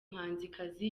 muhanzikazi